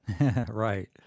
Right